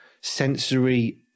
sensory